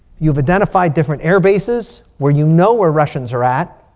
you've identified different air bases where you know where russians are at.